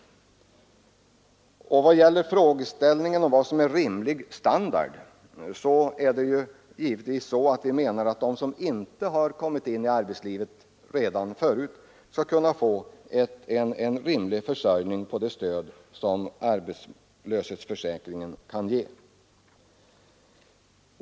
I vad gäller definitionen på vad som är ”rimlig standard” anser vi att de som inte redan tidigare kommit in i arbetslivet skall kunna få en rimlig försörjning av det stöd som arbetslöshetsförsäkringen kan ge.